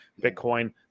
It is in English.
Bitcoin